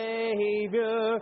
Savior